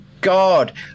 God